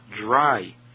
dry